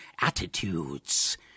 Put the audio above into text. attitudes